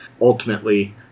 ultimately